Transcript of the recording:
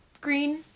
green